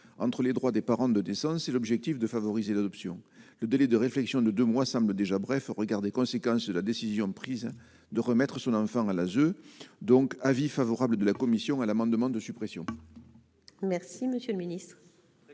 entre les droits des parents de dessin, c'est l'objectif de favoriser l'adoption, le délai de réflexion de 2 mois semble déjà bref au regard des conséquences de la décision prise de remettre son enfant à l'ASE donc avis favorable de la commission à l'amendement de suppression.